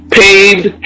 paved